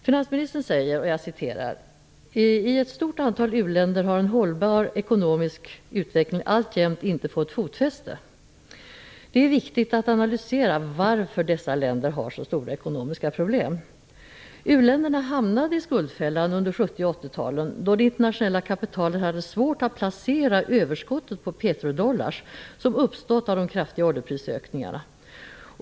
Finansministern säger: "i ett stort antal u-länder har en hållbar ekonomisk utveckling alltjämt inte fått fotfäste". Det är viktigt att analysera varför dessa länder har så stora ekonomiska problem. U-länderna hamnade i skuldfällan under 70 och 80-talen då det internationella kapitalet hade svårt att placera överskottet på petrodollars, som uppstod till följd av de kraftiga oljeprisökningarna.